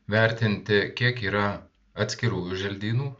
vertinti kiek yra atskirųjų želdynų